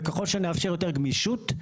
וככל שנאפשר יותר גמישות,